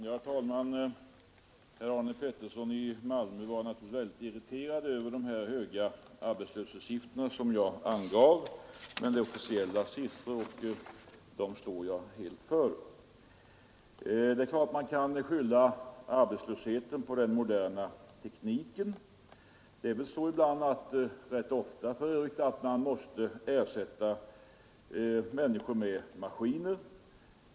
Herr talman! Herr Arne Pettersson i Malmö var naturligtvis mycket irriterad över de höga arbetslöshetssiffror som jag angav. Men det är officiella siffror, och dem står jag helt för. Man kan naturligtvis skylla arbetslösheten på den moderna tekniken. Det är väl så att man ofta måste ersätta människor med maskiner.